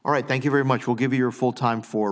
all right thank you very much will give your full time for